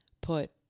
put